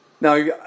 Now